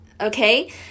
Okay